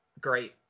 Great